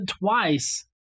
twice